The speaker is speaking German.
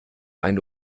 eine